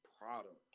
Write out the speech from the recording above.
product